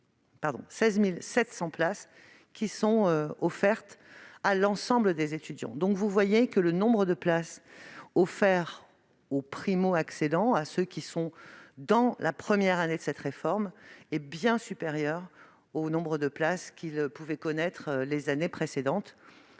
de 16 700 places qui sont offertes à l'ensemble des étudiants. Vous voyez donc que le nombre de places offertes aux primo-accédants, à ceux qui sont dans la première année de cette réforme, est bien supérieur au nombre de places qui leur étaient offertes les années précédentes